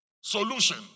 solution